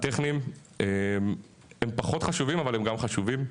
הטכניים, הם פחות חשובים אבל הם גם חשובים,